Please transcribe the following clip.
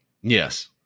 Yes